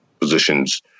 positions